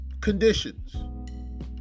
conditions